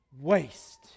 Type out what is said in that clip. waste